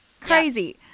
crazy